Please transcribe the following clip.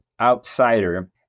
outsider